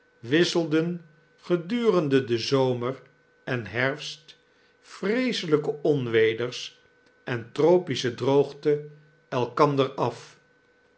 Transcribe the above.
wisselen gedurende den zomer en herfst vreeselijke onweders en tropische droogte elkander af